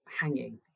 hanging